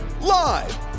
Live